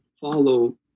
follow